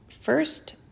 first